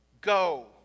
Go